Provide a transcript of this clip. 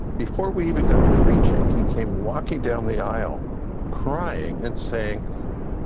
before we even got preaching, he came walking down the aisle crying and saying,